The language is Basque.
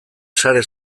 sare